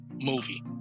movie